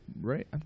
right